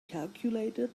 calculated